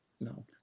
No